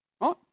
Right